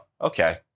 Okay